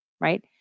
right